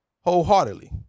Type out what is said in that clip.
wholeheartedly